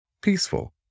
peaceful